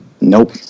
Nope